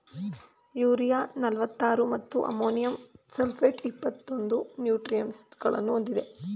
urea ನಲ್ವತ್ತಾರು ಮತ್ತು ammonium sulphate ಇಪ್ಪತ್ತೊಂದು ನ್ಯೂಟ್ರಿಯೆಂಟ್ಸಗಳನ್ನು ಹೊಂದಿದೆ